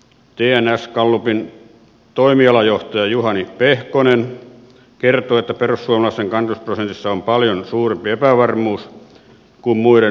tns gallupin toimialajohtaja juhani pehkonen kertoo että perussuomalaisten kannatusprosentissa on paljon suurempi epävarmuus kuin muiden puolueiden kohdalla